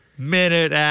Minute